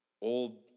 old